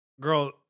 Girl